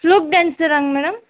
ஃப்ளூக் டான்சராங்க மேடம்